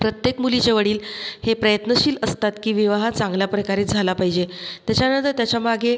प्रत्येक मुलीचे वडील हे प्रयत्नशील असतात की विवाह चांगल्या प्रकारे झाला पाहिजे त्याच्यानंतर त्याच्यामागे